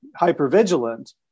hypervigilant